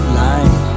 line